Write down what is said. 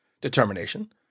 determination